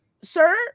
sir